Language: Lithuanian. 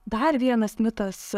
dar vienas mitas